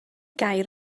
gair